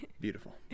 Beautiful